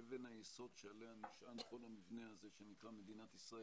אבן-היסוד שעליה נשען כל המבנה הזה שנקרא מדינת ישראל.